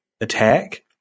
attack